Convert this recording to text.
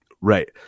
Right